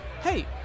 Hey